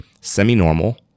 semi-normal